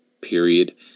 period